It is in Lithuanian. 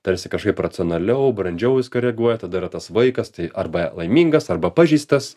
tarsi kažkaip racionaliau brandžiau į viską reaguoja tada yra tas vaikas tai arba laimingas arba pažeistas